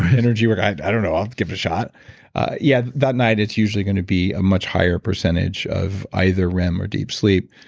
energy work, i don't know i'll give it a shot yeah that night it's usually going to be a much higher percentage of either rem or deep sleep,